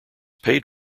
paid